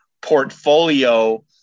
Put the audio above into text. portfolio